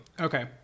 Okay